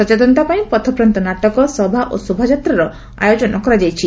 ସଚେତନତା ପାଇଁ ପଥପ୍ରାନ୍ତ ନାଟକ ସଭା ଓ ଶୋଭାଯାତ୍ରାର ଆୟୋଜନ କରାଯାଇଛି